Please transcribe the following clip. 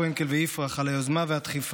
פרנקל ויפרח על היוזמה והדחיפה,